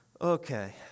okay